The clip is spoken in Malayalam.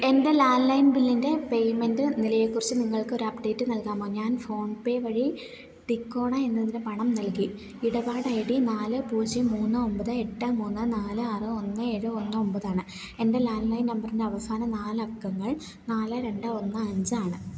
എൻ്റെ ലാൻലൈൻ ബില്ലിൻ്റെ പേയ്മെൻറ്റ് നിലയെക്കുറിച്ച് നിങ്ങൾക്ക് ഒരു അപ്ഡേറ്റ് നൽകാമോ ഞാൻ ഫോൺപേ വഴി ടിക്കോണ എന്നതിന് പണം നൽകി ഇടപാട് ഐ ഡി നാല് പൂജ്യം മൂന്ന് ഒമ്പത് എട്ട് മൂന്ന് നാല് ആറ് ഒന്ന് ഏഴ് ഒന്ന് ഒമ്പത് ആണ് എൻ്റെ ലാൻലൈൻ നമ്പറിൻ്റെ അവസാന നാല് അക്കങ്ങൾ നാല് രണ്ട് ഒന്ന് അഞ്ച് ആണ്